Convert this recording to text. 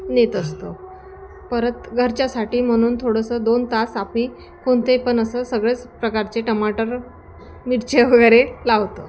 नेत असतो परत घरच्यासाठी म्हणून थोडंसं दोन तास आम्ही कोणते पण असं सगळेच प्रकारचे टमाटर मिरचे वगैरे लावतो